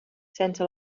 sense